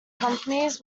companies